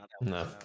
No